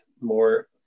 more